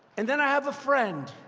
and then i have a friend,